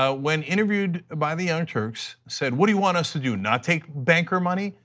ah when interviewed by the young turks said what do you want us to do? not take banker money?